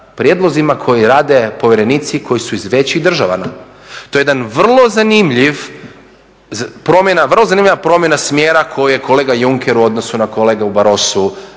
prijedlozima koje rade povjerenici koji su iz većih država. To je jedna vrlo zanimljiva promjena smjera koju je kolega Juncker u odnosu na kolegu Barrosu